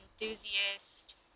enthusiast